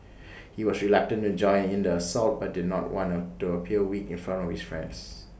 he was reluctant to join in the assault but did not want A to appear weak in front of his friends